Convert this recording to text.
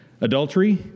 Adultery